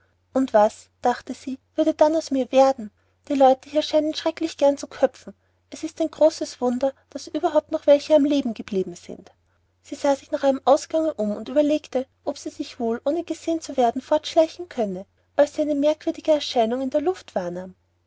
und was dachte sie würde dann aus mir werden die leute hier scheinen schrecklich gern zu köpfen es ist das größte wunder daß überhaupt noch welche am leben geblieben sind sie sah sich nach einem ausgange um und überlegte ob sie sich wohl ohne gesehen zu werden fortschleichen könne als sie eine merkwürdige erscheinung in der luft